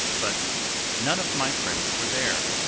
but none of my friends were there,